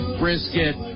brisket